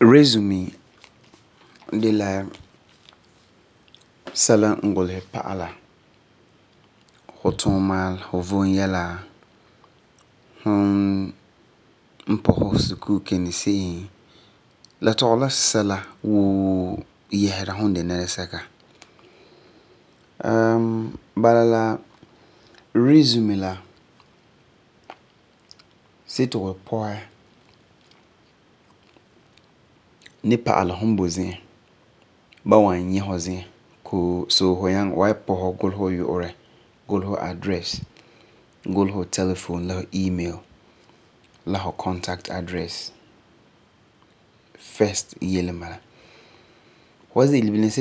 Resume de la sɛla n gulesɛ pa'ala fu tuuma, fu vom yɛla, fum n pɔsɛ fu sukuu kina se'em. La tɔgeri la sɛla woo yɛsera fu de nɛresɛka. bala, la resume la see ti fu pɔsɛ ni pa'ala fu boi zi'an, ba wan nyɛ fu zi'an. So, fu wan nyaŋɛ pɔsɛ gulesɛ fu yu'urɛ, gulesɛ fu address, gulesɛ fu telephone la du email la fu contact address. First yele n bala. Fu wan ze'ele bona ti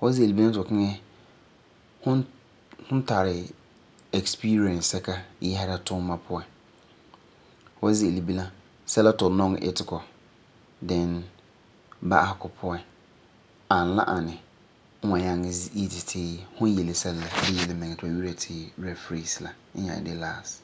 fu kiŋɛ fu nari experience sɛka yɛsa tuuma puan, fu wan ze'ele bilam sɛla ti fu nɔŋɛ itegɔ then ba'asegɔ puan ani la ani n wan nyaŋɛ yeti fu yele sɛla la de la yelemiŋerɛ ti ba yi'ira ti referees la n nyaa de last.